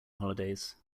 holidays